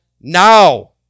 now